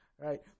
right